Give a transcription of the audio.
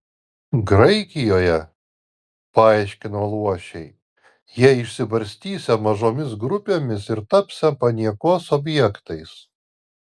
graikijoje paaiškino luošiai jie išsibarstysią mažomis grupėmis ir tapsią paniekos objektais